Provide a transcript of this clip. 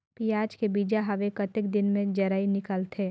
पियाज के बीजा हवे कतेक दिन मे जराई निकलथे?